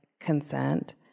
consent